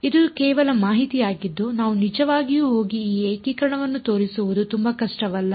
ಇದು ಕೇವಲ ಮಾಹಿತಿಯಾಗಿದ್ದು ನಾವು ನಿಜವಾಗಿಯೂ ಹೋಗಿ ಈ ಏಕೀಕರಣವನ್ನು ತೋರಿಸುವುದು ತುಂಬಾ ಕಷ್ಟವಲ್ಲ